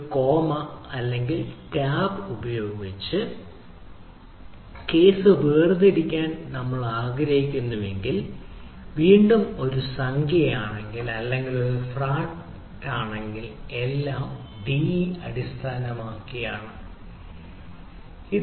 ഒരു കോമ അല്ലെങ്കിൽ ടാബ് ഉപയോഗിച്ച് കേസ് വേർതിരിക്കാൻ നമ്മൾ ആഗ്രഹിക്കുന്നുവെങ്കിൽ വീണ്ടും ഒരു സംഖ്യ ആണെങ്കിൽ അല്ലെങ്കിൽ അത് ഒരു ഫ്ലോട്ട് ആണെങ്കിൽ എല്ലാം അടിസ്ഥാനമാക്കി ഡി